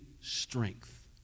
strength